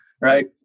right